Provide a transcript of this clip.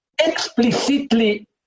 explicitly